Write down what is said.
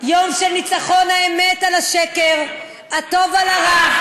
יום של ניצחון האמת על השקר, הטוב על הרע,